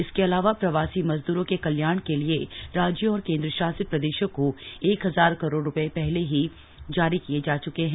इसके अलावा प्रवासी मजदूरों के कल्याण के लिए राज्यों और केंद्र शासित प्रदेशों को एक हजार करोड़ रूपये पहले ही जारी किये जा च्के हैं